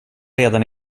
redan